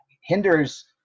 hinders